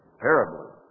terribly